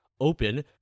open